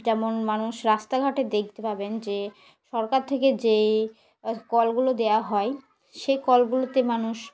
যেমন মানুষ রাস্তাঘাটে দেখতে পাবেন যে সরকার থেকে যে কলগুলো দেওয়া হয় সেই কলগুলোতে মানুষ